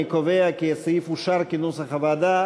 אני קובע כי הסעיף אושר כנוסח הוועדה.